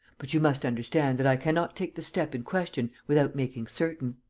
but you must understand that i cannot take the step in question without making certain.